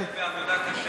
אתה הגעת לפה מעבודה וקשה,